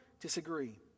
disagree